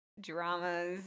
dramas